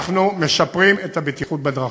אנחנו משפרים את הבטיחות בדרכים.